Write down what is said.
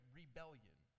rebellion